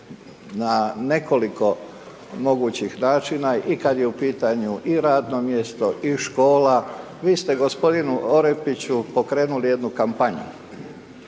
na nekoliko mogućih načina i kada je u pitanju i radno mjesto i škola. Vi ste gospodine Orepiću pokrenuli jednu kampanju,